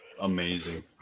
amazing